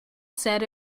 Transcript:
said